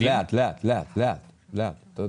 בסעיף (ב) יש